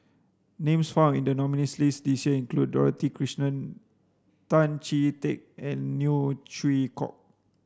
names found in the nominees' list this year include Dorothy Krishnan Tan Chee Teck and Neo Chwee Kok